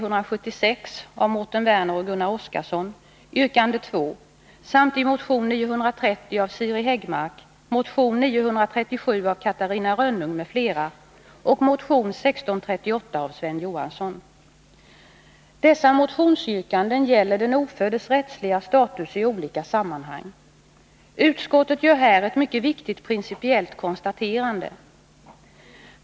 Utskottet anser därför att inte heller de nämnda motionsyrkandena Lagstiftning till nu påkallar någon åtgärd från riksdagens sida. skydd för ofödda, Utskottet gör här ett mycket viktigt principiellt konstaterande.